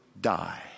die